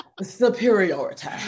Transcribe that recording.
superiority